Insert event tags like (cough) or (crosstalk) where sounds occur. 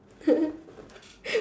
(laughs)